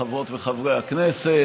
חברות וחברי הכנסת,